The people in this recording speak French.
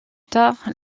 tard